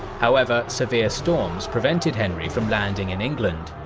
however, severe storms prevented henry from landing in england,